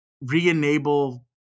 re-enable